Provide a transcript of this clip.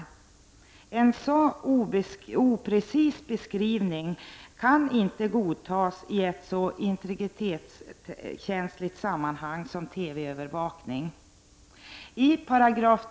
En så oprecis beskrivning kan inte godtas i ett så integritetskänsligt sammanhang som TV-övervakning.